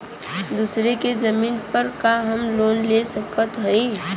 दूसरे के जमीन पर का हम लोन ले सकत हई?